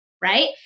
right